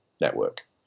network